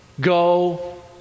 go